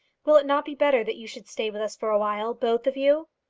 will it not be better that you should stay with us for a while both of you?